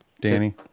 Danny